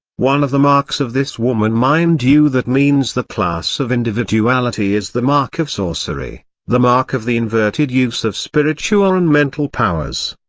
one of the marks of this woman mind you that means the class of individuality is the mark of sorcery, the mark of the inverted use of spiritual and mental powers.